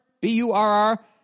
B-U-R-R